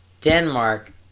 Denmark